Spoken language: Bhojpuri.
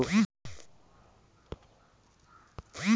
सदाफुली कअ फूल के पौधा खिले में बढ़िया फुलाला